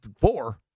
four